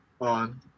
on